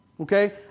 Okay